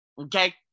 okay